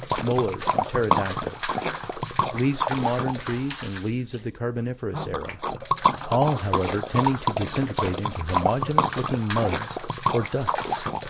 moas, and pterodactyls leaves from modern trees and leaves of the carboniferous era all, however, tending to disintegrate into homogeneous-looking muds or dusts,